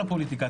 לפוליטיקה.